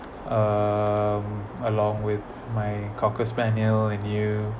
um along with my cocker spaniel and you